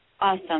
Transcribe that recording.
Awesome